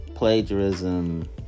Plagiarism